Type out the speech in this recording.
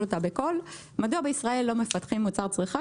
אותה: מדוע בישראל לא מפתחים מוצר צריכה?